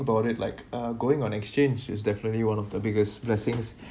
about it like uh going on exchange is definitely one of the biggest blessings